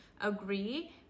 agree